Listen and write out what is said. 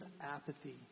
apathy